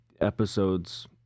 episodes